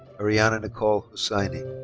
ariana nicole so hussaini.